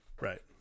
Right